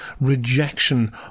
rejection